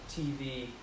TV